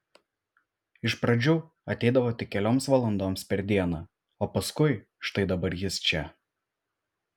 iš pradžių ateidavo tik kelioms valandoms per dieną o paskui štai dabar jis čia